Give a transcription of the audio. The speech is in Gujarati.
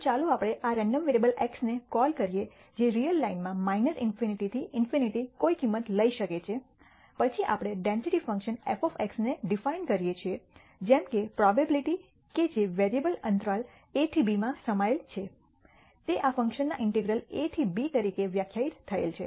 તો ચાલો આપણે આ રેન્ડમ વેરિયેબલ x ને કોલ કરીએ જે રીયલ લાઇનમાં ∞ થી ∞ કોઈ કિંમત લઈ શકે છે પછી આપણે ડેન્સિટી ફંક્શન f ને ડિફાઇન કરીયે છે જેમ કે પ્રોબેબીલીટી કે જે વેરીએબલ અંતરાલ a થી b માં સમાયેલ છે તે આ ફંક્શનના ઇન્ટિગ્રલ a થી b તરીકે વ્યાખ્યાયિત થયેલ છે